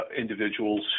individuals